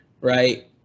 right